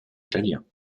italien